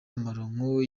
amaronko